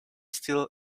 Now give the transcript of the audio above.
still